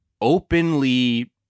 openly